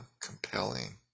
compelling